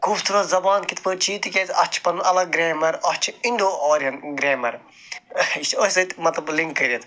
خوٗبصوٗرَت زبان کِتھ پٲٹھۍ چھِ یہِ تِکیٛازِ اَتھ چھُ پَنُن الگ گرٛایمَر اَتھ چھِ اِنٛڈو آرِیَن گرٛایمَر یہِ چھِ أتھۍ سۭتۍ مطلب لِنٛک کٔرِتھ